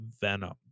Venom